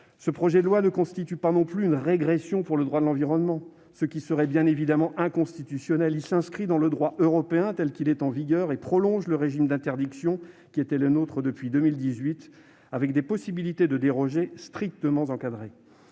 Ce projet de loi ne constitue pas non plus une régression pour le droit de l'environnement, ce qui serait, bien entendu, inconstitutionnel. Il s'inscrit dans le droit européen en vigueur et prolonge le régime d'interdiction qui était le nôtre depuis 2018, avec des possibilités de déroger strictement encadrées.